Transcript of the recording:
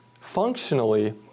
functionally